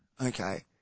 Okay